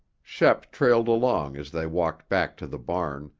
shep trailed along as they walked back to the barn,